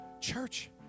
Church